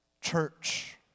Church